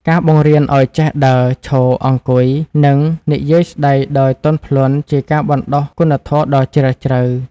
ការបង្រៀនឱ្យចេះដើរ ឈរ អង្គុយ និងនិយាយស្ដីដោយទន់ភ្លន់ជាការបណ្ដុះគុណធម៌ដ៏ជ្រាលជ្រៅ។